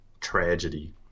tragedy